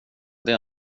det